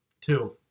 Two